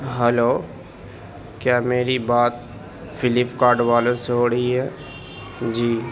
hello کیا میری بات فلیف کارڈ والوں سے ہو رہی ہے جی